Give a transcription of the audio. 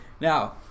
Now